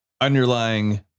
underlying